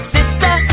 Sister